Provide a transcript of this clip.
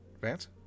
Vance